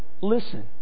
Listen